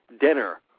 dinner